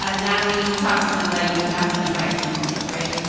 ah natalie, you talked to somebody, and you have some advice for melissa, right?